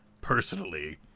personally